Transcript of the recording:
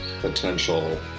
potential